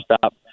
stop